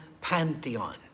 pantheon